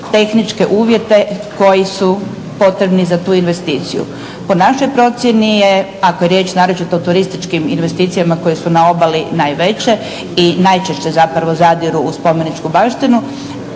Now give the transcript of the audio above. tehničke uvjete koji su potrebni za tu investiciju. Po našoj procjeni je, ako je riječ naročito o turističkim investicijama koje su na obali najveće i najčešće zapravo zadiru u spomeničku baštinu